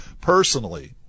personally